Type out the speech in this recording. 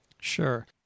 Sure